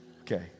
Okay